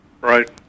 Right